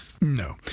No